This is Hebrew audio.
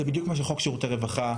זה בדיוק מה שחוק שירותי רווחה,